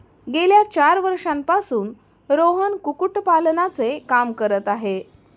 गेल्या चार वर्षांपासून रोहन कुक्कुटपालनाचे काम करत आहे